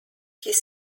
his